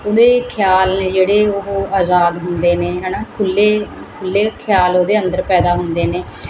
ਉਹਦੇ ਖਿਆਲ ਨੇ ਜਿਹੜੇ ਉਹ ਆਜ਼ਾਦ ਹੁੰਦੇ ਨੇ ਹੈ ਨਾ ਖੁੱਲ੍ਹੇ ਖੁੱਲ੍ਹੇ ਖਿਆਲ ਉਹਦੇ ਅੰਦਰ ਪੈਦਾ ਹੁੰਦੇ ਨੇ